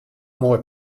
moai